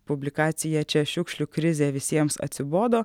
publikacija čia šiukšlių krizė visiems atsibodo